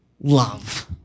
love